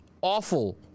awful